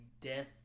death